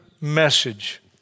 message